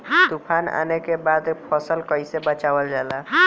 तुफान आने के बाद फसल कैसे बचावल जाला?